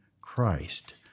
Christ